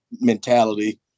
mentality